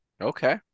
okay